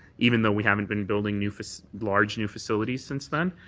even though we haven't been building new large new facilities sense then.